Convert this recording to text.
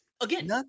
again